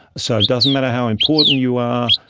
so it doesn't matter how important you are,